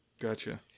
Gotcha